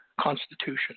constitution